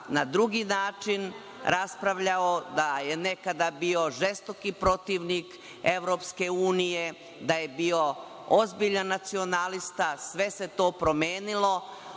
na drugi način raspravljao, da je nekada bio žestoki protivnik EU, da je bio ozbiljan nacionalista. Sve se to promenilo